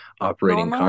operating